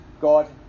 God